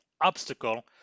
obstacle